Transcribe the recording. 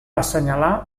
assenyalar